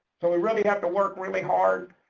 so we really have to work really hard.